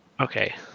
Okay